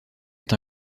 est